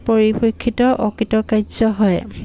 পৰিপেক্ষিত অকৃতকাৰ্য্য় হয়